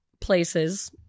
places